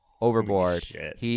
overboard